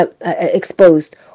exposed